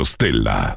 Stella